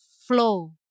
flow